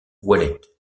ouellet